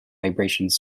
vibrations